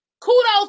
Kudos